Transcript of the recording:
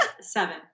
Seven